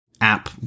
app